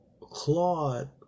Claude